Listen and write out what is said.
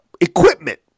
equipment